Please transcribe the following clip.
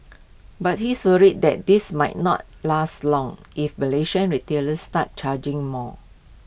but he's worried that this might not last long if Malaysian retailers start charging more